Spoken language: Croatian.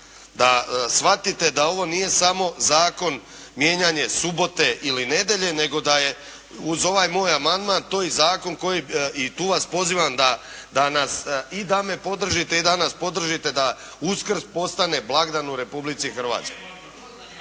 da shvatite da ovo nije samo zakon, mijenjanje subote ili nedjelje nego da je uz ovaj moj amandman to i zakon koji, i tu vas pozivam da, da nas i da me podržite i da nas podržite da Uskrs postane blagdan u Republici Hrvatskoj.